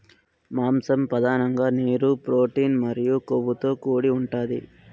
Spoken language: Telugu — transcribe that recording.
మాంసం పధానంగా నీరు, ప్రోటీన్ మరియు కొవ్వుతో కూడి ఉంటాది